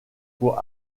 pour